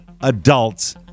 adults